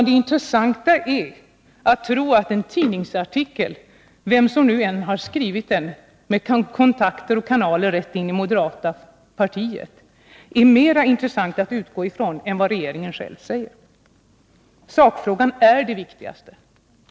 Det viktiga för honom är att tro att en tidningsartikel — vem som nu än har skrivit den, med kontakter i och kanaler in till det moderata partiet — är mer intressant att utgå ifrån än vad regeringen själv säger. Men det är sakfrågan som är det viktigaste.